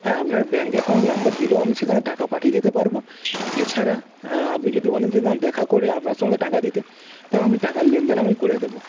হ্যাঁ আপনার bank account number দিলেও আমি সেখানে টাকা পাঠিয়ে দিতে পারব এছাড়া আপনি যদি বলেন যে না দেখা করে আপনার সঙ্গে টাকা দিতে তাও আমি টাকার লেনদেন আমি করে দেব